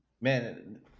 Man